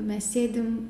mes sėdim